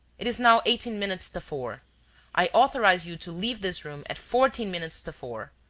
it is now eighteen minutes to four i authorize you to leave this room at fourteen minutes to four.